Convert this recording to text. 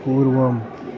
पूर्वम्